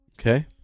Okay